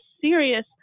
serious